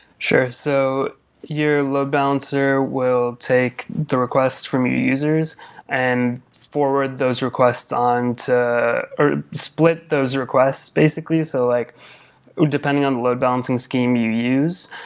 sure. so your load balancer will take the request from your users and forward those on to or split those requests basically. so like depending on the load-balancing scheme you use,